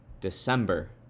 December